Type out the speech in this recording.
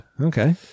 Okay